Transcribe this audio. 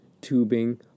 tubing